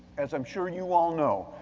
as i'm sure you all know,